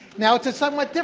now it's a somewhat